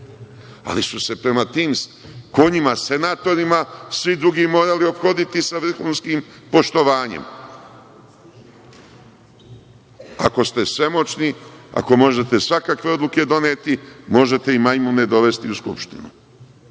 ali su se prema tim konjima senatorima svi drugi morali ophoditi sa vrhunskim poštovanjem. Ako ste svemoćni, ako možete svakakve odluke doneti, možete i majmune dovesti u Skupštinu